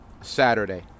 Saturday